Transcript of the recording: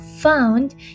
found